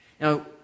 Now